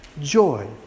joy